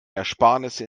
ersparnisse